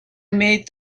made